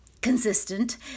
consistent